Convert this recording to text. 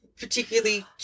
particularly